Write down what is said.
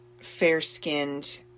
fair-skinned